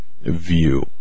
view